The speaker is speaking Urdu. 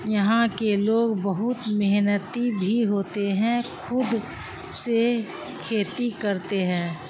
یہاں کے لوگ بہت محنتی بھی ہوتے ہیں خود سے کھیتی کرتے ہیں